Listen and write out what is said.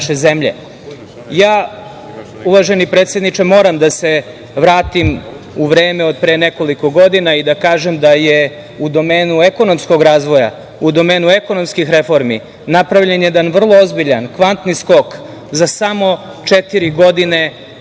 zemlje. Ja, predsedniče, moram da se vratim u vreme od pre nekoliko godina i da kažem da je u domenu ekonomskog razvoja, u domenu ekonomskih reformi napravljen jedan vrlo ozbiljan kvantni skok za samo četiri godine,